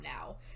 now